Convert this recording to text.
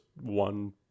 one